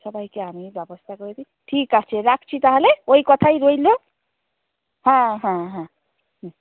সবাইকে আমিই ব্যবস্থা করে দিই ঠিক আছে রাখছি তাহলে ওই কথাই রইল হ্যাঁ হ্যাঁ হ্যাঁ হুম